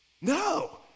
No